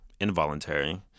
involuntary